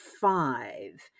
five